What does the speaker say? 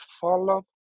follow